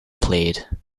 played